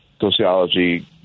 sociology